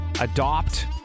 adopt